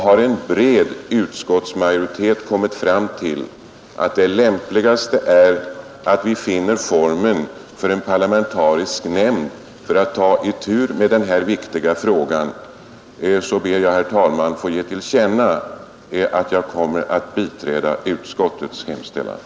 Då en bred utskottsmajoritet kommit fram till att den lämpligaste formen är att tillsätta en parlamentarisk nämnd för att ta itu med denna viktiga fråga så ber jag, herr talman, att få ge till känna att jag kommer att biträda utskottets hemställan.